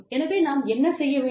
எனவே நாம் என்ன செய்ய வேண்டும்